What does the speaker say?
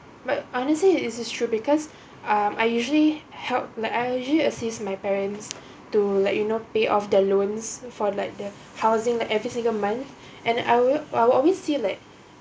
but honestly it is true because um I usually help like I usually assist my parents to like you know pay off their loans for like the housing like every single month and I will I will always say like